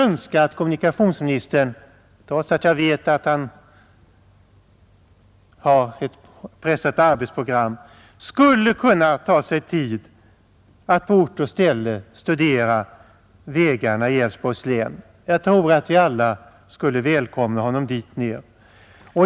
Jag vet att kommunikationsministern har ett pressat arbetsprogram, men jag önskar att han trots det skulle kunna ta sig tid att på ort och ställe studera vägarna i Älvsborgs län, Vi skulle välkomna honom dit.